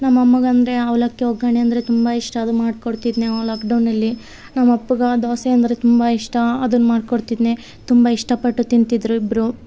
ನಮ್ಮ ಅಮ್ಮಂಗಂದರೆ ಅವಲಕ್ಕಿ ಒಗ್ಗರಣೆ ಅಂದರೆ ತುಂಬ ಇಷ್ಟ ಅದು ಮಾಡ್ಕೊಡ್ತಿದ್ದೆ ಆವ ಲಾಕ್ಡೌನ್ನಲ್ಲಿ ನಮ್ಮ ಅಪ್ಪಗೆ ದೋಸೆ ಅಂದರೆ ತುಂಬ ಇಷ್ಟ ಅದನ್ನು ಮಾಡ್ಕೊಡ್ತಿದ್ದೆ ತುಂಬ ಇಷ್ಟಪಟ್ಟು ತಿಂತಿದ್ರು ಇಬ್ಬರು